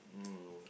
mm